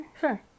Sure